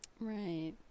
Right